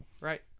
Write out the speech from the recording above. Right